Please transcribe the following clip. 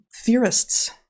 theorists